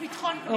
ביטחון הפנים.